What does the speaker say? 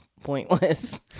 pointless